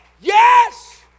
Yes